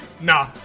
Nah